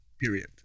period